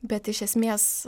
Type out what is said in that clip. bet iš esmės